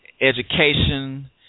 education